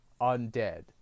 Undead